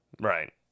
right